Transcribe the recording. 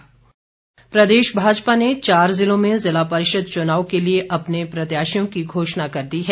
भाजपा प्रदेश भाजपा ने चार जिलों में जिला परिषद चुनाव के लिए अपने प्रत्याशियों की घोषणा कर दी है